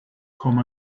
come